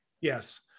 Yes